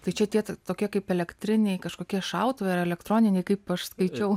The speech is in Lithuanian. tai čia tie tokie kaip elektriniai kažkokie šautuvai ar elektroniniai kaip aš skaičiau